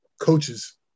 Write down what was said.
coaches